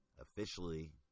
officially